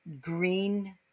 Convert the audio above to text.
green